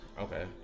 okay